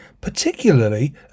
particularly